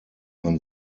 man